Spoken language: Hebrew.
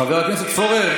חבר הכנסת פורר,